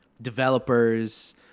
developers